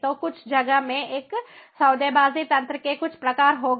तो कुछ जगह में एक सौदेबाजी तंत्र के कुछ प्रकार होगा